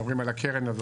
מדברים על הקרן הזאת,